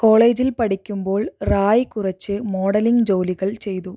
കോളേജിൽ പഠിക്കുമ്പോൾ റായ് കുറച്ച് മോഡലിംഗ് ജോലികൾ ചെയ്തു